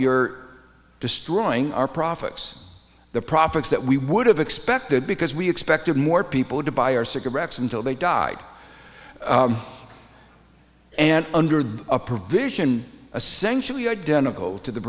you're destroying our profits the profits that we would have expected because we expected more people to buy our cigarettes until they died and under a provision a century identical to the